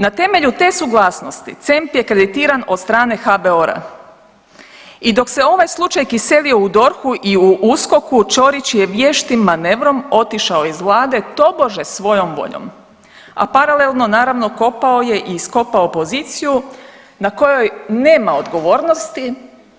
Na temelju te suglasnosti CEMP je kreditiran od strane HBOR-a i dok se ovaj slučaj kiselio u DORH i u USKOK-u, Ćorić je vještim manevrom otišao iz Vlade tobože svojom voljom, a paralelno, naravno, kopao je i iskopao poziciju na kojoj nema odgovornosti,